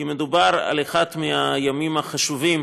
כי מדובר על אחד מהימים החשובים